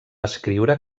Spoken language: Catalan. escriure